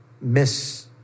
miss